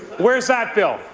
where's that bill.